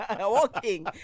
Walking